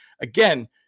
again